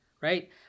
right